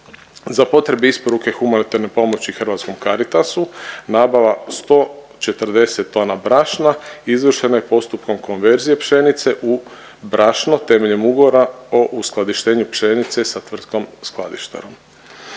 Za potrebe isporuke humanitarne pomoći Hrvatskom Caritasu nabava 140 tona brašna izvršena je postupkom konverzije pšenice u brašno temeljem Ugovora o uskladištenju pšenice sa tvrtkom skladištarom.